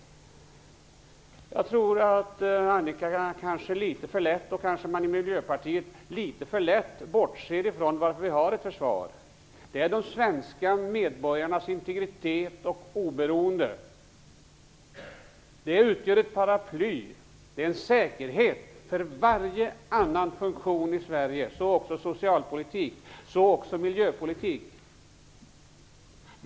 Jag tror att Annika Nordgren och Miljöpartiet kanske litet för lätt bortser från varför vi har ett försvar. Det är för de svenska medborgarnas integritet och oberoende. Det utgör ett paraply och en säkerhet för varje annan funktion i Sverige, så också socialpolitik och miljöpolitik.